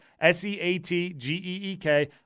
S-E-A-T-G-E-E-K